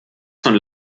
von